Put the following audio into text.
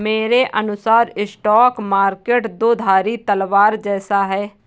मेरे अनुसार stock market दो धारी तलवार जैसा है